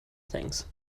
things